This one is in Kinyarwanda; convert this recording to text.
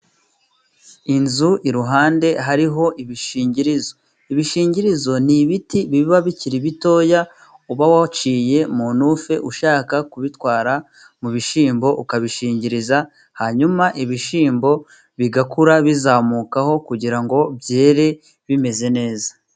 Inzu iruhande hariho ibishingirizo. Ibishingirizo ni ibiti biba bikiri bitoya uba waciye mu ntufe ushaka kubitwara mu bishyimbo ukabishingiriza, hanyuma ibishyimbo bigakura bizamukaho, kugira ngo byere bimeze neza.